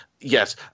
yes